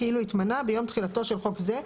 כאילו התמנה ביום תחילתו של חוק זה.